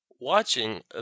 watching